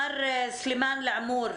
מר סלימאן אלעמור,